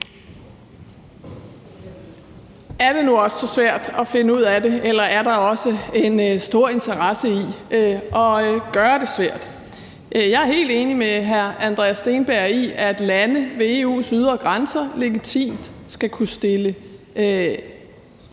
Er det nu også så svært at finde ud af det, eller er der også en stor interesse i at gøre det svært? Jeg er helt enig med hr. Andreas Steenberg i, at lande ved EU's ydre grænser legitimt skal kunne stille